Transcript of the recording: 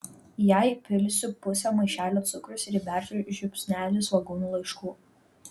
į ją įpilsiu pusę maišelio cukraus ir įbersiu žiupsnelį svogūnų laiškų